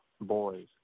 boys